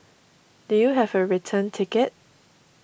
do you have a return ticket